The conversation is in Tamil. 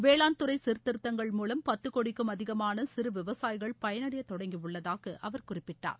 வேளாண் துறை சீர்திருத்தங்கள் மூலம் பத்து கோடிக்கும் அதிகமான சிறு விவசாயிகள் பயனடைய தொடங்கி உள்ளதாக அவர் குறிப்பிட்டார்